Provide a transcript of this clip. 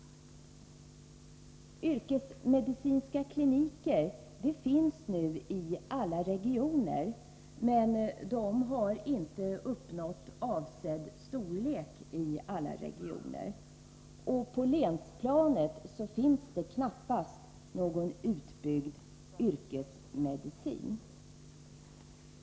Yrkesmedicinska kliniker finns nu i alla regioner, men de har inte uppnått avsedd storlek i alla regioner. På länsplanet finns det knappast någon utbyggd yrkesmedicin.